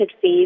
phase